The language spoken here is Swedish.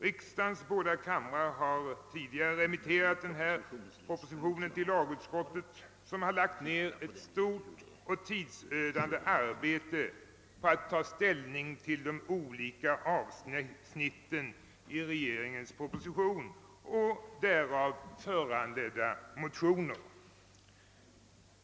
Riksdagens båda kamrar har tidigare remitterat denna proposition till tredje lagutskottet, som lagt ned ett stort och tidsödande arbete på att ta ställning till de olika avsnitten i regeringens proposition och därav föranledda motioner.